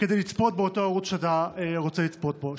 כדי לצפות באותו ערוץ שאתה רוצה לצפות בו.